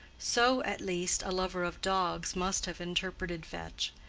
so, at least, a lover of dogs must have interpreted fetch,